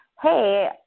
hey